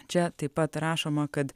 čia taip pat rašoma kad